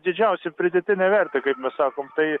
didžiausią pridėtinę vertę kaip mes sakom tai